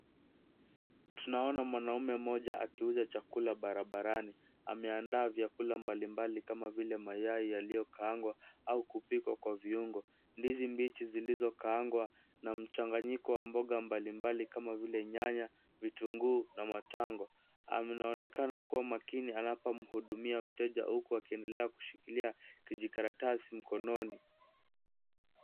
Tunaona mwanaume mmoja akiuza chakula barabarani. Ameandaa vyachakula mbalimbali, kama vile mayai yaliokaangwa, au kupikwa kwa viungo, ndizi mbichi zilizokaangwa, na mchanganyiko wa mboga mbalimbali, kama vile nyanya, vitunguu, na matango. Anaonekana kuwa makini, anapomhudumia mteja, huku akiendelea kushikilia kijikaratasi mkononi.